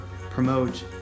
promote